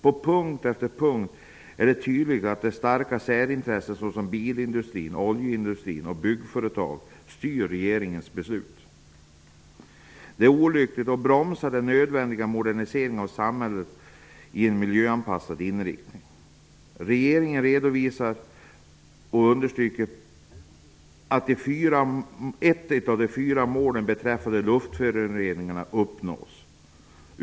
På punkt efter punkt är det tydligt att starka särintressen -- såsom bilindustrin, oljeindustrin och byggföretagen -- styr regeringens beslut. Det är olyckligt att bromsa när det gäller den modernisering av samhället med miljöanpassad inriktning som är nödvändig. Regeringen redovisar och understryker att ett av de fyra målen beträffande luftföroreningarna uppnås.